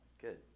good